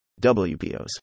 WPOS